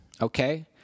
okay